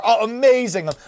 Amazing